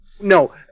No